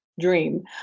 dream